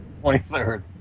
Twenty-third